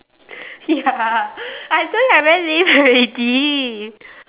ya I told you I'm very lame already